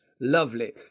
Lovely